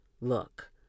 Look